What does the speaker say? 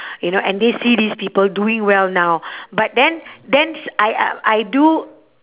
you know and they see these people doing well now but then then I uh I do